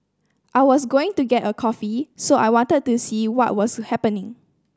I was going to get a coffee so I wanted to see what was happening